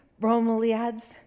bromeliads